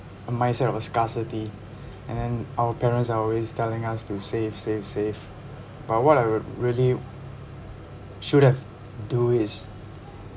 a mindset of a scarcity and then our parents are always telling us to save save save but what I would really should have do is